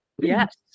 Yes